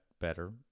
better